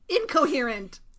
incoherent